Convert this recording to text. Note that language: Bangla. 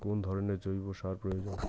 কোন ধরণের জৈব সার প্রয়োজন?